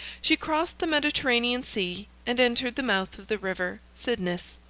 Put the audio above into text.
she crossed the mediterranean sea, and entered the mouth of the river cydnus.